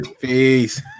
Peace